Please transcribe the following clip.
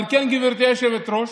על כן, גברתי היושבת-ראש,